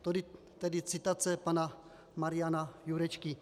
Tolik tedy citace pana Mariana Jurečky.